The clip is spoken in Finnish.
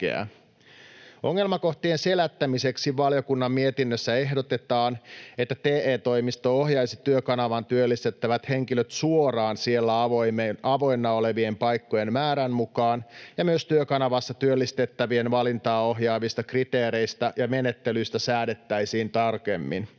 Ongelmakohtien selättämiseksi valiokunnan mietinnössä ehdotetaan, että TE-toimisto ohjaisi Työkanavaan työllistettävät henkilöt suoraan siellä avoinna olevien paikkojen määrän mukaan ja että myös Työkanavassa työllistettävien valintaa ohjaavista kriteereistä ja menettelyistä säädettäisiin tarkemmin.